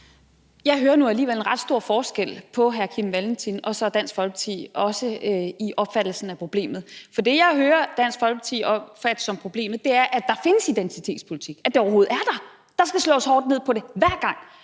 Jeg hører nu alligevel, at der er en ret stor forskel på, hvad hr. Kim Valentin og Dansk Folkeparti mener, også med hensyn til hvordan man opfatter problemet. For det, jeg hører Dansk Folkeparti opfatte som problemet, er, at der findes identitetspolitik, altså at det overhovedet er der. Der skal slås hårdt ned på det hver gang.